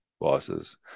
bosses